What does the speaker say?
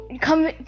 come